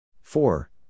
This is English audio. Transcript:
four